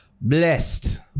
Blessed